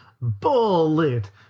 bullet. (